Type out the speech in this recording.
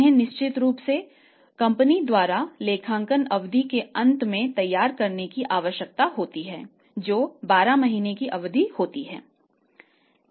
उन्हें निश्चित रूप से कंपनी द्वारा लेखांकन अवधि के अंत में तैयार करने की आवश्यकता होती है जो 12 महीने की अवधि होती है